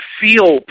feel